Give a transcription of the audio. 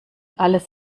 alles